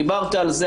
דיברת על זה,